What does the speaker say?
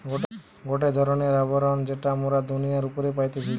গটে ধরণের আবরণ যেটা মোরা দুনিয়ার উপরে পাইতেছি